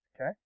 Okay